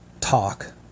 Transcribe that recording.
talk